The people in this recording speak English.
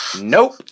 Nope